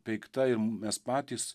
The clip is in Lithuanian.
peikta ir mes patys